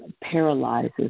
paralyzes